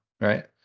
right